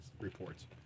reports